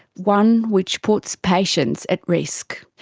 one which puts patients at risk.